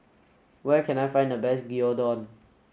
where can I find the best Gyudon